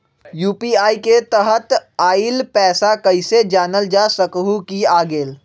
UPI के तहत आइल पैसा कईसे जानल जा सकहु की आ गेल?